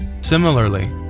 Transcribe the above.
Similarly